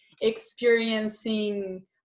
experiencing